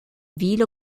ville